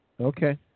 Okay